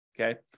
Okay